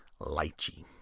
Lychee